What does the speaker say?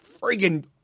Freaking